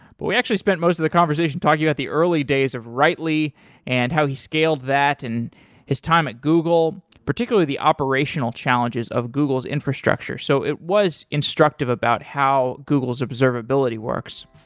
but we actually spent most of the conversation talking at the early days of writely and how he scaled that and his time at google, particularly the operational challenges of google's infrastructure. so it was instructive about how google's observability works.